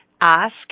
ask